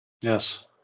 Yes